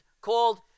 called